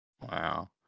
Wow